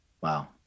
Wow